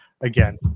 Again